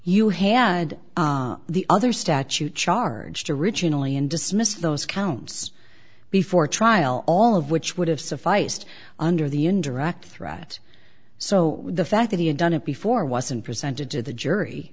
you hand the other statute charged originally and dismissed those counts before trial all of which would have sufficed under the in direct threat so the fact that he had done it before wasn't presented to the jury